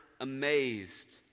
amazed